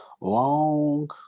long